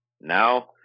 Now